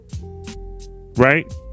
Right